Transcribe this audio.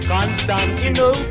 Constantino